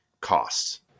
costs